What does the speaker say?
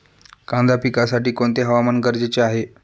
कांदा पिकासाठी कोणते हवामान गरजेचे आहे?